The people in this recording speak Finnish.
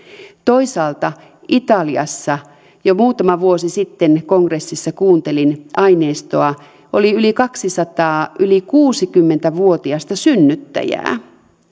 toisaalta italiassa jo muutama vuosi sitten kongressissa kuuntelin aineistoa oli yli kaksisataa yli kuusikymmentä vuotiasta synnyttäjää